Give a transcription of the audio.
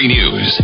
News